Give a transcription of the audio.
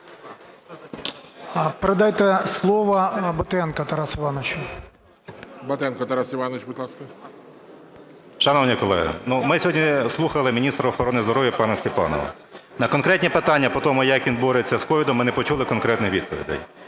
Передайте слово Батенку Тарасу Івановичу. ГОЛОВУЮЧИЙ. Батенко Тарас Іванович, будь ласка. 13:43:12 БАТЕНКО Т.І. Шановні колеги, ми сьогодні слухали міністра охорони здоров'я пана Степанова. На конкретні питання по тому, як він бореться з COVID, ми не почули конкретних відповідей.